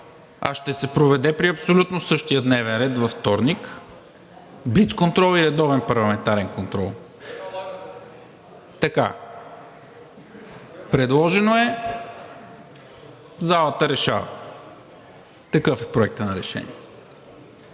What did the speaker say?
а ще се проведе при абсолютно същия дневен ред във вторник – блицконтрол и редовен парламентарен контрол. Предложено е, залата решава. Такъв е Проектът на решение.